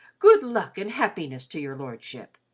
good luck and happiness to your lordship!